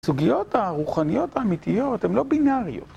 סוגיות הרוחניות האמיתיות הן לא בינאריות